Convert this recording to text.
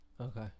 Okay